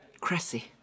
Cressy